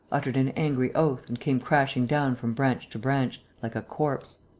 uttered an angry oath and came crashing down from branch to branch, like a corpse.